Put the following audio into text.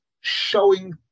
showing